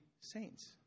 saints